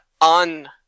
on